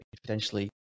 potentially